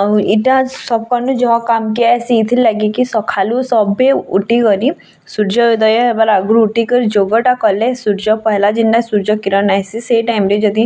ଆଉ ଏଇଟା ସକାଳୁ ଯହ କାମ୍କେ ଆସିଥିଲାଗି କି ସକାଳୁ ସବେ ଉଠି କରି ସୂର୍ଯ୍ୟ ଉଦୟ ହେବା ଆଗରୁ ଉଠି କରି ଯୋଗଟା କଲେ ସୂର୍ଯ୍ୟ ପେହେଲା ଯିନା ସୂର୍ଯ୍ୟ କିରଣ ନାଇ ଆସିଛି ସେଇ ଟାଇମ୍ରେ ଯଦି